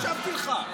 אבל הפעם הקשבתי לך.